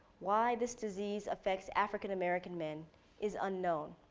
why this disease affects african american men is unknown.